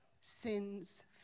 sins